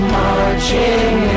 marching